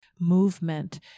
movement